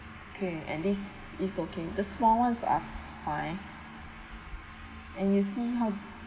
okay and this it's okay the small ones are fine and you see how